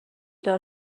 دار